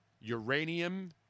uranium